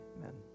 Amen